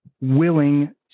willing